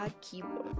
keyboard